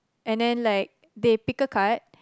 and then like they pick a card